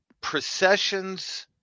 processions